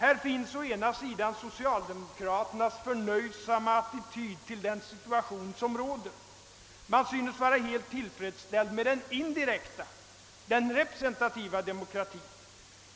Här finns å ena sidan socialdemokraternas förnöjsamma attityd till den situation som råder. Man synes vara helt till freds med den indirekta — den representativa — demokratin.